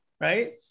Right